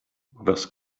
was